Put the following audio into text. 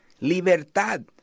libertad